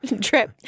Trip